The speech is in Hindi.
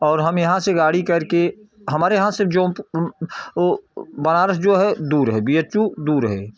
और हम यहाँ से गाड़ी करके हमारे यहाँ से जो बनारस जो है दूर है बी एच यू दूर है